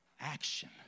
action